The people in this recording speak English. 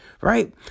right